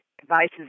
devices